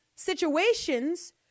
Situations